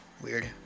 weird